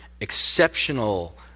exceptional